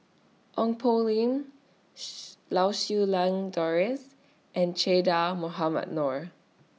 Ong Poh Lim Lau Siew Lang Doris and Che Dah Mohamed Noor